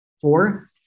four